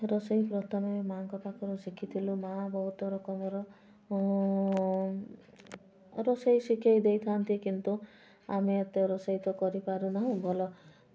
ରୋଷେଇ ପ୍ରଥମେ ମାଆଙ୍କ ପାଖରୁ ଶିଖିଥିଲୁ ମାଆ ବହୁତ ରକମର ରୋଷେଇ ଶିଖେଇ ଦେଇଥାନ୍ତି କିନ୍ତୁ ଆମେ ଏତେ ରୋଷେଇ ତ କରିପାରୁ ନାହୁଁ ଭଲ